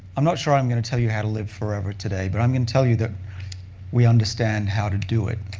i'm not sure i'm going to tell you how to live forever today, but i'm going to tell you that we understand how to do it.